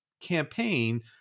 campaign